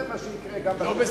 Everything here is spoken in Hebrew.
זה מה שיקרה גם פה.